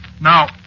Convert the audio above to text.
Now